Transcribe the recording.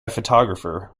photographer